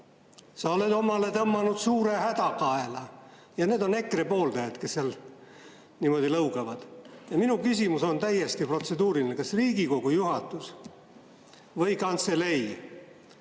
Sa oled omale tõmmanud suure häda kaela!" Ja need on EKRE pooldajad, kes seal niimoodi lõugavad. Minu küsimus on täiesti protseduuriline: kas Riigikogu juhatus või kantselei